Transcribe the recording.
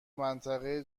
منطقه